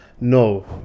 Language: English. No